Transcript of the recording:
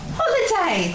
holiday